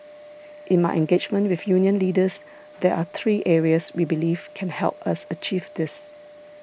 in my engagement with union leaders there are three areas we believe can help us achieve this